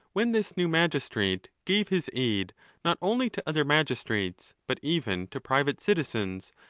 when this new magistrate gave his aid not only to other magistrates, but even to private citizens,